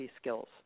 skills